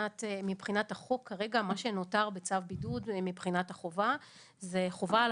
מבחינת החוק כרגע מה שנותר בצו בידוד מבחינת החובה היא החובה על